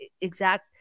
exact